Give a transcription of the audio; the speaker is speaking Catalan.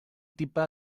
tipa